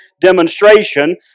demonstration